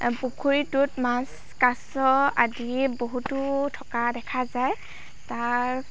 পুখুৰীটোত মাছ কাছ আদি বহুতো থকা দেখা যায় তাৰ